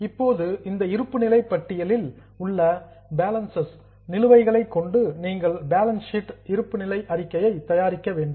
இப்போது இந்த இருப்புநிலை பட்டியலில் உள்ள பேலன்ஸ்சஸ் நிலுவைகளை கொண்டு நீங்கள் பேலன்ஸ் ஷீட் இருப்பு நிலை அறிக்கையை தயாரிக்க வேண்டும்